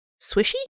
swishy